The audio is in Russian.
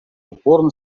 упорно